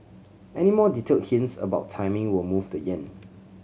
any more detailed hints about timing will move the yen